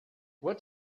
what